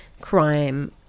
crime